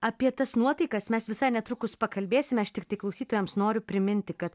apie tas nuotaikas mes visai netrukus pakalbėsime aš tiktai klausytojams noriu priminti kad